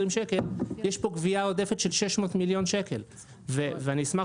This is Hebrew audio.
שקל יש פה גבייה עודפת של 600 מיליון שקל ואני אשמח